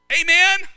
amen